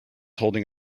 holding